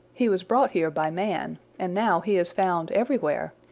he was brought here by man, and now he is found everywhere.